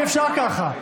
אי-אפשר ככה.